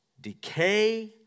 decay